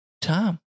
Tom